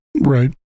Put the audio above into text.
Right